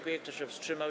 Kto się wstrzymał?